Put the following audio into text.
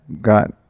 got